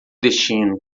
destino